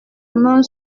main